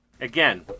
Again